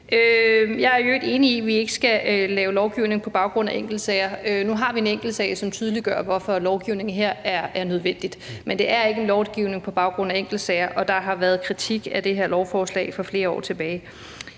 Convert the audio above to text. Jeg er i øvrigt enig i, vi ikke skal lave lovgivning på baggrund af enkeltsager. Nu har vi en enkeltsag, som tydeliggør, hvorfor lovgivning her er nødvendigt, men det er ikke en lovgivning på baggrund af enkeltsager, og der har været kritik af det her forslag for flere år tilbage.